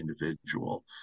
individual